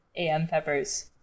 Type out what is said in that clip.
ampeppers